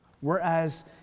Whereas